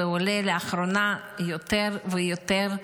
זה עולה לאחרונה יותר ויותר,